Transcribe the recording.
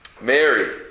Mary